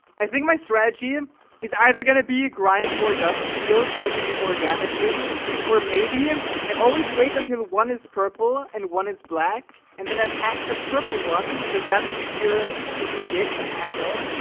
i think my strategy um is either gonna be a grind more dust field so i can get more damage in where maybe am i always wait until one is purple and one is black and then attack the purple one one because that's easier to predict and handle,